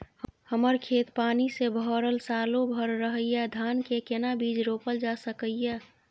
हमर खेत पानी से भरल सालो भैर रहैया, धान के केना बीज रोपल जा सकै ये?